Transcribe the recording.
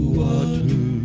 water